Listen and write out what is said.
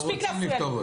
מספיק להפריע.